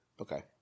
Okay